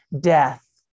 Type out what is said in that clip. death